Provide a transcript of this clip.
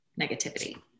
negativity